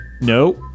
no